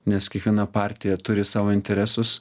nes kiekviena partija turi savo interesus